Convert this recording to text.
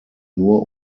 nur